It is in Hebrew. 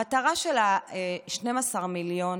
המטרה של ה-12 מיליון